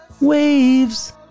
Waves